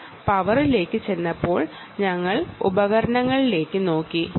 പവറിനെ കുറിച്ച് പറഞ്ഞപ്പോൾ ഞങ്ങൾ ഉപകരണങ്ങളെക്കുറിച്ച് നോക്കിയായിരുന്നു